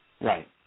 right